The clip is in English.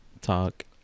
Talk